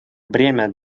бремя